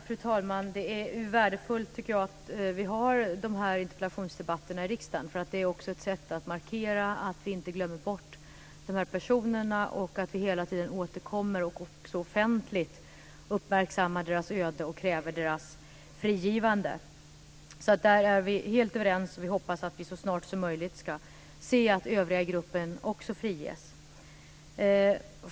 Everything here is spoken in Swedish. Fru talman! Det är värdefullt, tycker jag, att vi har de här interpellationsdebatterna i riksdagen, för det är också ett sätt att markera att vi inte glömmer bort de här personerna och att vi hela tiden återkommer och också offentligt uppmärksammar deras öde och kräver deras frigivande. Där är vi helt överens. Vi hoppas att vi så snart som möjligt ska se att övriga i gruppen friges.